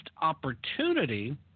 opportunity